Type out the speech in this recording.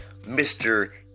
Mr